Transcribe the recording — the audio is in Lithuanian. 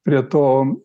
prie to